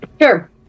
Sure